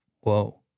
Whoa